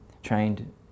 Trained